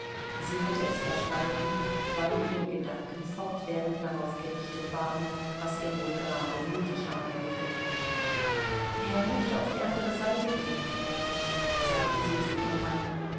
sie hatte es verstanden weil ihre gedanken fortwährend darauf gerichtet waren was er wohl gerade nötig haben möge er möchte auf die andere seite gelegt werden sagte sie zu ihrem manne